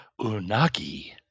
unagi